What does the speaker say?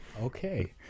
Okay